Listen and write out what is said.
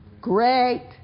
great